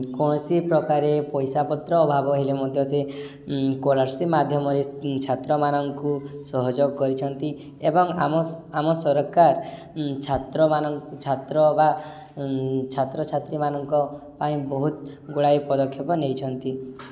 କୌଣସି ପ୍ରକାରେ ପଇସାପତ୍ର ଅଭାବ ହେଲେ ମଧ୍ୟ ସେ କଲାରସିପ୍ ମାଧ୍ୟମରେ ଛାତ୍ରମାନଙ୍କୁ ସହଯୋଗ କରିଛନ୍ତି ଏବଂ ଆମ ଆମ ସରକାର ଛାତ୍ରମାନଙ୍କୁ ଛାତ୍ର ବା ଛାତ୍ରଛାତ୍ରୀମାନଙ୍କ ପାଇଁ ବହୁତ ଗୁଡ଼ାଏ ପଦକ୍ଷେପ ନେଇଛନ୍ତି